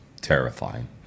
terrifying